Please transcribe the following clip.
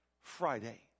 Friday